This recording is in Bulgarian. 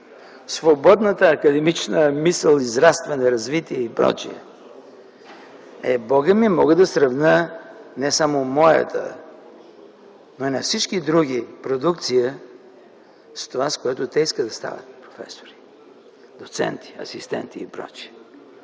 свободната академична мисъл, израстване, развитие и прочие. Е, Бога ми, мога да сравня не само моята, но и на всички други продукция с това, което те ще стават професори, доценти, асистенти и